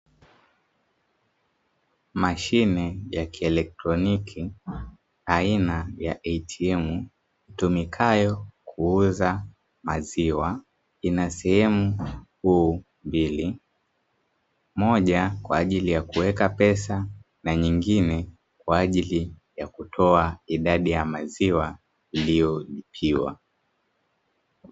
Mashine ya kielektroniki aina ya "ATM", itumikayo kuuza maziwa ina sehemu kuu mbili, moja kwa ajili ya kuweka pesa na nyingine kwa ajili ya kutoa idadi ya maziwa iliyo lipiwa.